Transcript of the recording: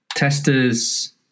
testers